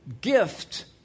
Gift